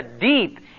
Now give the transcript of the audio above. deep